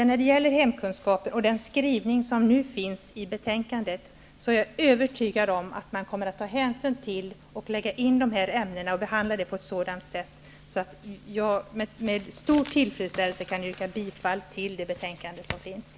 När det gäller hemkunskap och den skrivning som nu finns i betänkandet är jag övertygad om att man kommer att ta hänsyn till de här ämnena och behandla dem på ett sådant sätt att jag med stor tillfredsställelse kan yrka bifall till hemställan i det betänkande som föreligger.